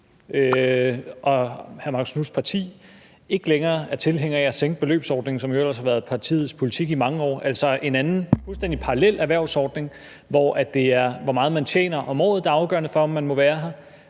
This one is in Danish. og hr. Marcus Knuths parti ikke længere er tilhængere af at sænke grænsen i beløbsordningen, som jo ellers har været partiets politik i mange år. Det er en anden fuldstændig parallel erhvervsordning, hvor det er, hvor meget man tjener om året, der er afgørende for, at man må være her,